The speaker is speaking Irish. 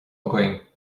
againn